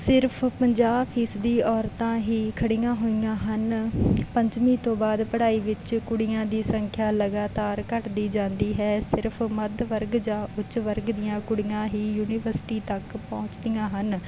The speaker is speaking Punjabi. ਸਿਰਫ ਪੰਜਾਹ ਫੀਸਦੀ ਔਰਤਾਂ ਹੀ ਖੜ੍ਹੀਆਂ ਹੋਈਆਂ ਹਨ ਪੰਜਵੀਂ ਤੋਂ ਬਾਅਦ ਪੜ੍ਹਾਈ ਵਿੱਚ ਕੁੜੀਆਂ ਦੀ ਸੰਖਿਆ ਲਗਾਤਾਰ ਘੱਟਦੀ ਜਾਂਦੀ ਹੈ ਸਿਰਫ ਮੱਧ ਵਰਗ ਜਾਂ ਉੱਚ ਵਰਗ ਦੀਆਂ ਕੁੜੀਆਂ ਹੀ ਯੂਨੀਵਰਸਿਟੀ ਤੱਕ ਪਹੁੰਚਦੀਆਂ ਹਨ